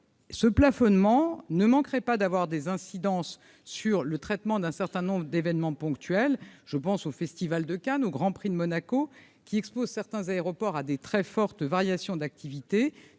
ce plafonnement ne manquerait pas d'avoir des incidences sur le traitement d'un certain nombre d'événements ponctuels, je pense au festival de Cannes au Grand Prix de Monaco, qui expose certains aéroports à des très fortes variations d'activité